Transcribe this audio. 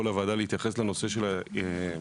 לוועדה כדי להתייחס לנושא של פינוי-בינוי,